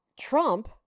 Trump